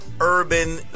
urban